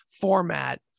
format